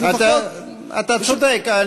אז לפחות, אתה צודק.